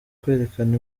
kwerekana